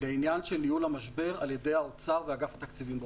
לעניין ניהול המשבר על-ידי האוצר ואגף תקציבים באוצר.